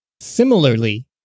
Similarly